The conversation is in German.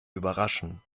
überraschen